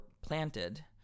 planted